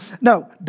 No